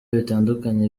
bitandukanye